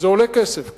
זה עולה כסף.